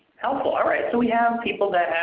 helpful. all right, so we have people that